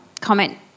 comment